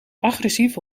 agressieve